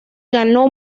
ganó